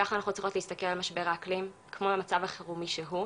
כך אנחנו צריכות להסתכל על משבר האקלים כמו המצב החירומי שהוא.